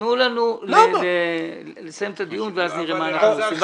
תנו לנו לסיים את הדיון ואז נראה מה אנחנו עושים.